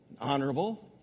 honorable